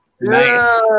Nice